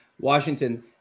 Washington